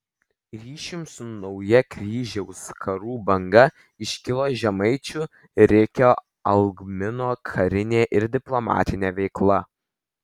ryšium su nauja kryžiaus karų banga iškilo žemaičių rikio algmino karinė ir diplomatinė veikla